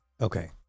Okay